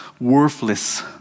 worthless